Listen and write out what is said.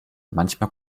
manchmal